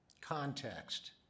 context